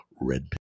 red